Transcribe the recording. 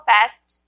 Fest